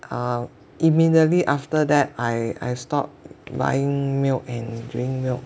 um immediately after that I I stop buying milk and drink milk